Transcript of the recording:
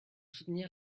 soutenir